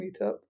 meetup